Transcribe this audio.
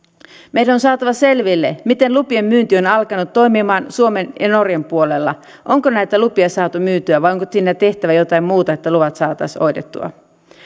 meidän on saatava selville miten lupien myynti on alkanut toimimaan suomen ja norjan puolella onko näitä lupia saatu myytyä vai onko siinä tehtävä jotain muuta että luvat saataisiin hoidettua ja